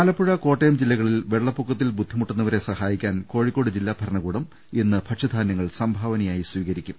ആലപ്പുഴ കോട്ടയം ജില്ലകളിൽ വെള്ളപ്പൊക്കത്തിൽ ബുദ്ധി മുട്ടുന്നവരെ സഹായിക്കാൻ കോഴിക്കോട് ജില്ലാ ഭരണകൂടം ഇന്ന് ഭക്ഷ്യധാന്യങ്ങൾ സംഭാവനയായി സ്വീകരിക്കും